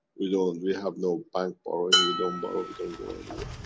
we don't, we have no bank borrowing, we don't borrow, we don't go anywhere.